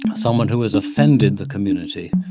um someone who has offended the community,